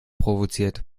provoziert